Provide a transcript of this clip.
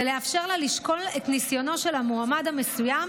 ולאפשר לה לשקול את ניסיונו של המועמד המסוים